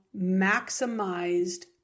maximized